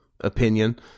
opinion